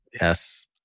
Yes